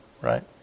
right